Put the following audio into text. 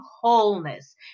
wholeness